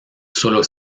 solo